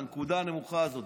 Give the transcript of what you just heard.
לנקודה הנמוכה הזאת,